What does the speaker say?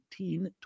18